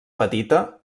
petita